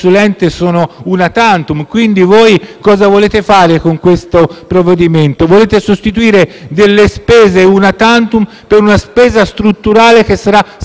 sono *una tantum*, quindi voi cosa volete fare con questo provvedimento? Volete sostituire delle spese *una tantum* con una spesa strutturale che sarà sempre